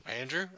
Andrew